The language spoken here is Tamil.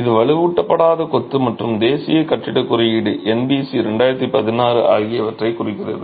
இது வலுவூட்டப்படாத கொத்து மற்றும் தேசிய கட்டிடக் குறியீடு ஆகியவற்றைக் குறிக்கிறது